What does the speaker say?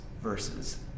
verses